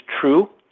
true